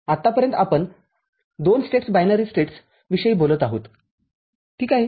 आतापर्यंत आपण २ states binary states विषयी बोलत आहोत ठीक आहे